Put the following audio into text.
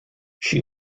she